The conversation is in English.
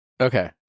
Okay